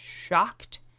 shocked